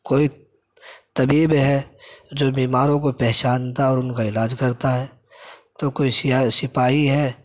کوئی طبیب ہے جو بیماروں کو پہچانتا ہے اور ان کا علاج کرتا ہے تو کوئی سیاس سپاہی ہے